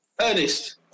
Ernest